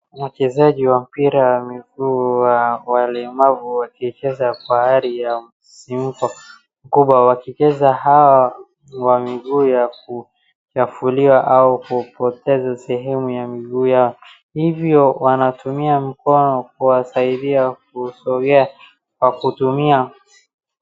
Wachezaji wa mpira wa miguu wa walemavu wakicheza pahali ya msisimko mkubwa. Wakicheza hawa wa miguu ya kunyofolewa au kupoteza sehemu ya miguu yao, hivyo wanatumia mkono kuwasaidia kusogea kwa kutumia...